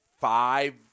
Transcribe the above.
five